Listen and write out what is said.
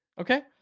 okay